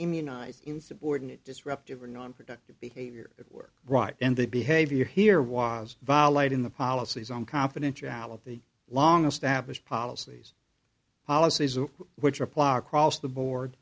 immunize insubordinate disruptive or non productive behavior at work right and the behavior here was violating the policies on confidentiality long established policies policies which apply across the board